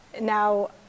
Now